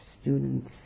students